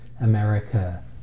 America